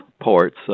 ports